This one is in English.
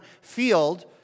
field